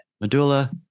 Medulla